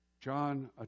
John